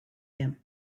him